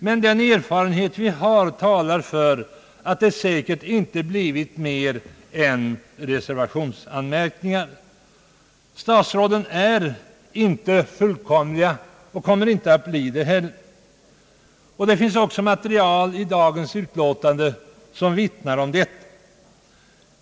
Men den erfarenhet vi har talar för att det säkert inte blivit mer än reservationsanmärkningar. Statsråden är inte fullkomliga och kommer inte att bli det heller. Det finns också material i dagens betänkande som vittnar om detta.